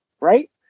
right